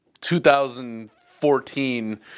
2014